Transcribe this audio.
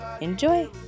Enjoy